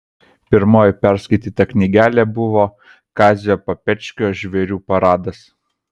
pirmoji perskaityta knygelė buvo kazio papečkio žvėrių paradas